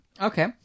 Okay